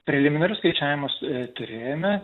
preliminarius skaičiavimus turėjome